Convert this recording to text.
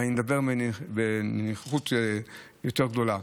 ואני מדבר בנוכחות יותר גדולה,